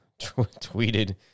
tweeted